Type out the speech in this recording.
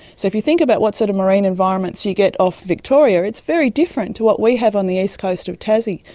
so if you think about what sort of marine environments you get off victoria, it's very different to what we have on the east coast of tassie.